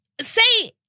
Say